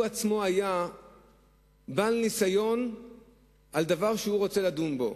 שהוא עצמו היה בעל ניסיון בדבר שהוא רוצה לדון בו.